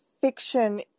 fiction